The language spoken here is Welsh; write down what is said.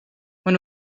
maen